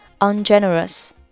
ungenerous